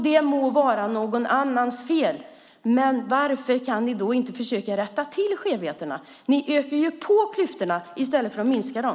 Det må vara någon annans fel, men varför kan ni då inte försöka rätta till skevheterna? Ni ökar klyftorna i stället för att minska dem.